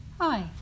Hi